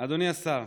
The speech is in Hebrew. אדוני השר,